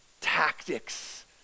tactics